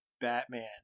Batman